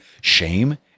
shame